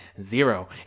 zero